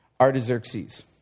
Artaxerxes